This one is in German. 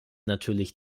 natürlich